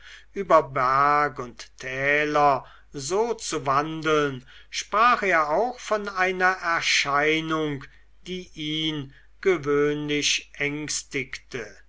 über berg und täler so zu wandeln sprach er auch von einer erscheinung die ihn gewöhnlich ängstigte